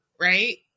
right